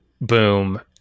Boom